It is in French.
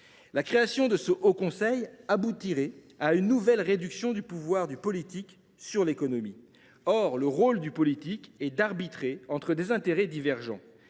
La création du haut conseil entraînerait une nouvelle réduction du pouvoir du politique sur l’économie. Or le rôle du politique est d’arbitrer entre des intérêts divergents